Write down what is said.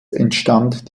entstand